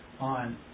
on